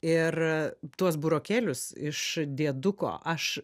ir tuos burokėlius iš dieduko aš